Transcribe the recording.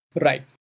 Right